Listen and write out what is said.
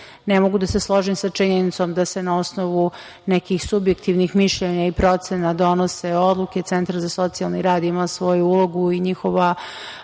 ne mogu da se složim sa činjenicom da se na osnovu nekih subjektivnih mišljenja i procena donose odluke. Centar za socijalni rad ima svoju ulogu i njihova